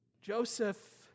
Joseph